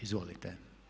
Izvolite.